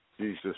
Jesus